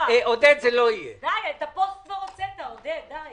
יש פה בעיה --- יש פה רזולוציות שלא יכולתם לרדת אליהן,